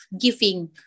giving